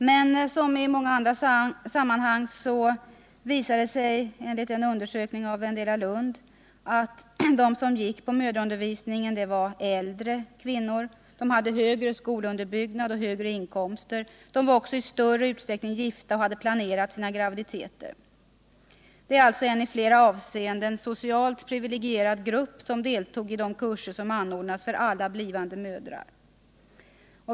Men som i många andra sammanhang visar det sig, enligt en undersökning av Wendela Lundh, att de som gick på mödraundervisning var äldre kvinnor, som hade högre skolunderbyggnad och högre inkomster. De var också i större utsträckning gifta och hade planerat sina graviditeter. Det var alltså en i flera avseenden socialt privilegierad grupp som deltog i de kurser som anordnas för alla blivande mödrar.